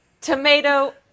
tomato